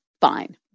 fine